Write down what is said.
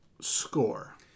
score